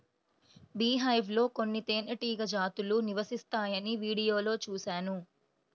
beehive లో కొన్ని తేనెటీగ జాతులు నివసిస్తాయని వీడియోలో చూశాను